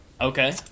okay